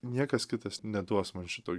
niekas kitas neduos man šito